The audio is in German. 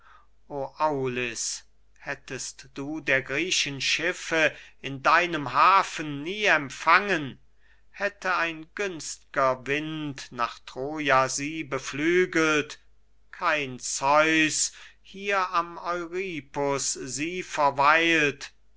hättest du der griechen schiffe in deinem hafen nie empfangen hätte ein günst'ger wind nach troja sie beflügelt kein zeus hier am euripus sie verweilt